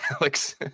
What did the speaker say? Alex